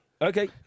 Okay